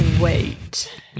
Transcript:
wait